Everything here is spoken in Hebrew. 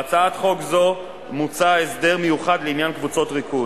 בהצעת חוק זו מוצע הסדר מיוחד לעניין קבוצות ריכוז.